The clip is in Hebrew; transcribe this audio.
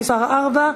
ההצעה עברה,